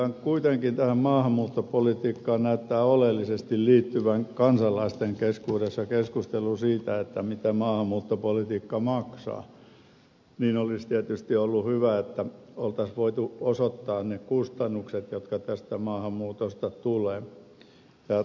kun kuitenkin tähän maahanmuuttopolitiikkaan näyttää oleellisesti liittyvän kansalaisten keskuudessa keskustelu siitä mitä maahanmuuttopolitiikka maksaa olisi tietysti ollut hyvä että olisi voitu osoittaa ne kustannukset jotka tästä maahanmuutosta tulevat